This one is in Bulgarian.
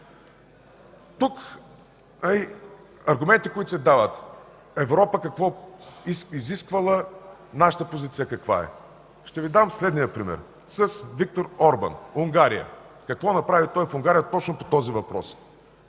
Тук аргументите, които се дават – Европа какво изисквала, нашата позиция каква е. Ще Ви дам следния пример с Виктор Орбан – Унгария. Какво направи той в Унгария точно по този въпрос?